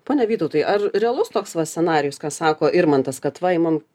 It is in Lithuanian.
pone vytautai ar realus toks va scenarijus ką sako irmantas kad va imam